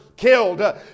killed